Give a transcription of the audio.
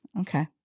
Okay